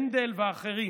הנדל ואחרים